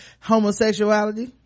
homosexuality